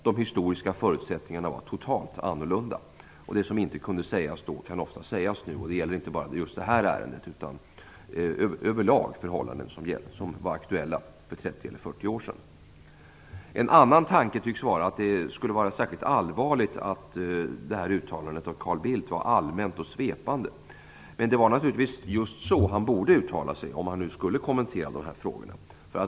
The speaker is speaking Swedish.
De historiska förutsättningarna var totalt annorlunda. Men det som inte kunde sägas då kan ofta sägas nu - det gäller inte bara just det här ärendet, utan över lag förhållanden som var aktuella för 30 eller 40 år sedan. En annan tanke tycks vara att det skulle vara särskilt allvarligt att Carl Bildts uttalande var allmänt och svepande. Men det var naturligtvis just så han borde uttala sig om han nu skulle kommentera de här frågorna.